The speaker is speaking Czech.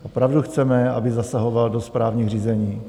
Opravdu chceme, aby zasahoval do správních řízení?